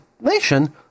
nation